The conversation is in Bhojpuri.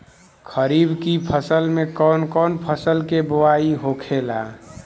खरीफ की फसल में कौन कौन फसल के बोवाई होखेला?